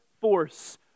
force